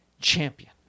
champion